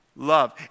Love